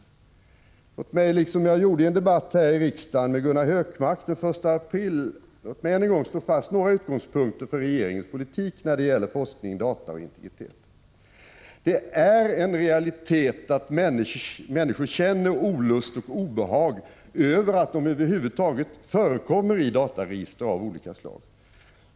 Låt mig än en gång — jag gjorde det också i en debatt här i riksdagen med Gunnar Hökmark den 1 april — slå fast några utgångspunkter för regeringens politik när det gäller forskning, data och integritet. Det är en realitet att människor känner olust och obehag över att de över huvud taget förekommer i dataregister av olika slag.